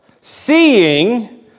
Seeing